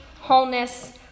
wholeness